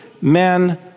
men